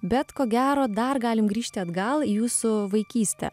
bet ko gero dar galim grįžti atgal į jūsų vaikystę